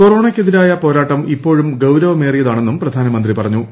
കൊറോണയ് ക്കെതിരായ പോരാട്ടം ഇപ്പോഴൂം ്ഗൌർവമേറിയതാണെന്നും പ്രധാനമന്ത്രി പറഞ്ഞു